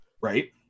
right